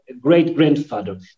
great-grandfather